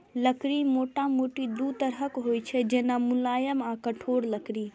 लकड़ी मोटामोटी दू तरहक होइ छै, जेना, मुलायम आ कठोर लकड़ी